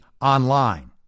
online